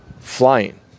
flying